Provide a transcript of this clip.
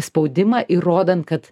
spaudimą įrodant kad